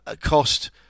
cost